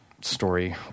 story